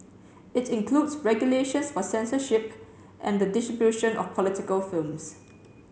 it includes regulations for censorship and the distribution of political films